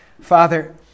Father